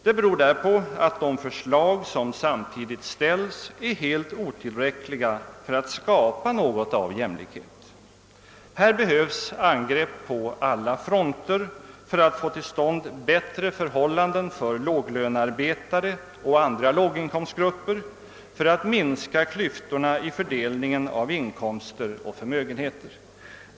Det beror därpå, att de förslag som samtidigt ställs är helt otillräckliga för att skapa något. av jämlikhet. Här behövs angrepp på. alla fronter för att få till stånd bättre förhållanden för låglönearbetare och andra låginkomstgrupper för att minska klyftorna vid fördelningen av inkomster och förmögenheter.